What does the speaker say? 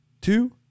two